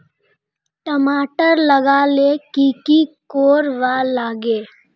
टमाटर लगा ले की की कोर वा लागे?